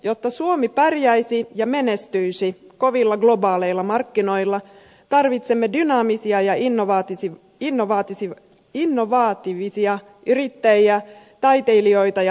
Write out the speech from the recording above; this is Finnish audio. jotta suomi pärjäisi ja menestyisi kovilla globaaleilla markkinoilla tarvitsemme dynaamisia ja innovatiivisia yrittäjiä taiteilijoita ja markkinoijia